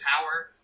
power